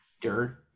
Dirt